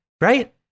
right